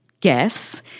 guess